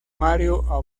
mario